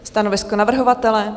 Stanovisko navrhovatele?